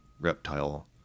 reptile